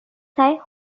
চাই